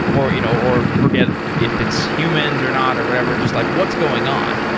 or you know or forget if it's humans are not or whatever, just like what's going on?